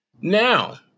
Now